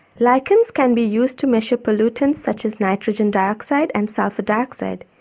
lichens can be used to measure pollutants such as nitrogen dioxide and sulphur dioxide,